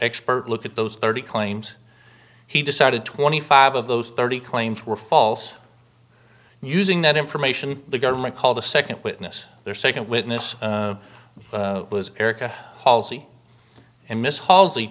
expert look at those thirty claims he decided twenty five of those thirty claims were false and using that information the government called the second witness their second witness erica palsy and miss hall's he